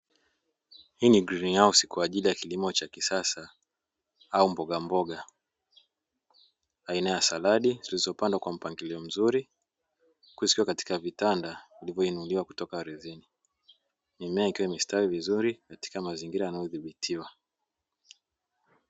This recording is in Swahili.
Hii ni grini hausi kwa ajili ya kilimo cha kisasa au mbogamboga, aina ya saladi zilizopandwa kwa mpangilio mzuri huku zikiwa katika vitanda vilivyoinuliwa kutoka ardhini, mimea ikiwa imestawi vizuri katika mazingira yanayothibitiwa.